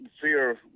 Fear